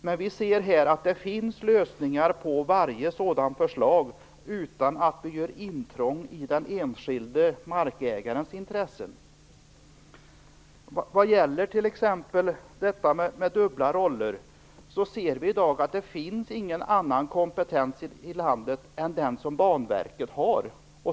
Men vi kan se att det finns lösningar på varje punkt utan att man behöver göra intrång i den enskilde markägarens intressen. Vad gäller de dubbla rollerna finns det i dag ingen annan kompetens i landet än den som Banverket har.